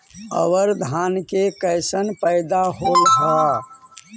अबर धान के कैसन पैदा होल हा?